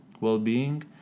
well-being